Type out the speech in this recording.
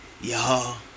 Y'all